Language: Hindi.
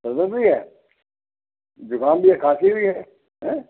सर दर्द नहीं है ज़ुकाम भी है खाँसी भी है हैं